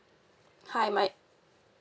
hi my